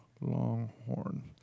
Longhorn